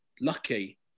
lucky